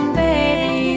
baby